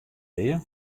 dea